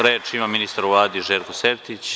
Reč ima ministar u Vladi Željko Sertić.